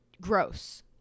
gross